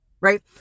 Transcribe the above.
right